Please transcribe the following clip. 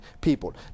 people